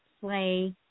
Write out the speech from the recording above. play